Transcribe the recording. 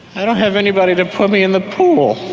i don't have anybody to put me in the pool.